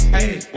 Hey